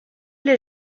les